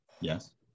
Yes